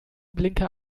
blinker